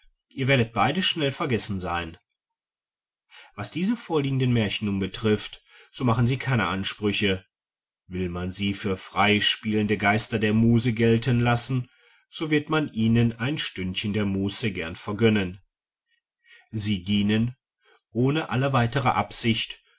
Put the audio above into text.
ihr werdet beide schnell vergessen sein was diese vorliegenden märchen nun betrifft so machen sie keine ansprüche will man sie für frei spielende geister der muse gelten lassen so wird man ihnen ein stündchen der muße gern vergönnen sie dienen ohne alle weitere absicht